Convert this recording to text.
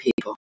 people